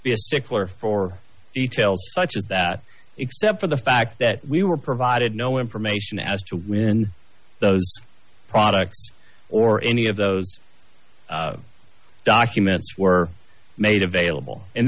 be a stickler for details such as that except for the fact that we were provided no information as to when those products or any of those documents were made available and